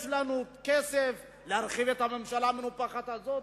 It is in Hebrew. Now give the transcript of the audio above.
יש לנו כסף להרחיב את הממשלה המנופחת הזאת.